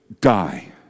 die